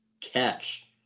catch